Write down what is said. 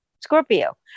Scorpio